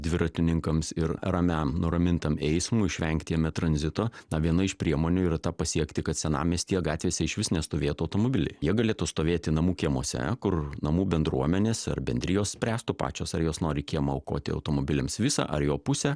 dviratininkams ir ramiam nuramintam eismui išvengti jame tranzito na viena iš priemonių yra ta pasiekti kad senamiestyje gatvėse išvis nestovėtų automobiliai jie galėtų stovėti namų kiemuose kur namų bendruomenės ar bendrijos spręstų pačios ar jos nori kiemo aukoti automobiliams visą ar jo pusę